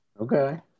Okay